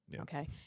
Okay